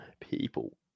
People